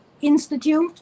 institute